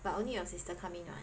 but only your sister come in [what]